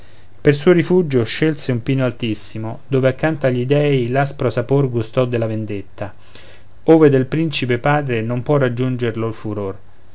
per suo rifugio scelse un pino altissimo dove accanto agli dèi l'aspro sapor gustò della vendetta ove del principe padre non può raggiungerlo il furor